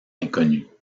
inconnue